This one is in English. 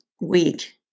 week